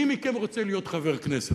מי מכם רוצה להיות חבר כנסת,